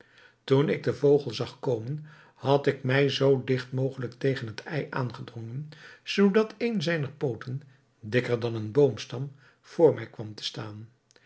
toen ik den vogel zag komen had ik mij zoo digt mogelijk tegen het ei aangedrongen zoodat een zijner pooten dikker dan een boomstam voor mij kwam te staan